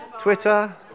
Twitter